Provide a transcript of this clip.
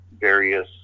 various